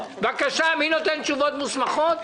בבקשה, מי עונה תשובות מוסמכות?